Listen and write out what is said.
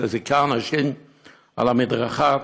שזיכה אנשים על המדרכה,